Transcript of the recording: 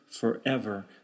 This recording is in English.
forever